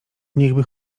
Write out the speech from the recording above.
niechby